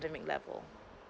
level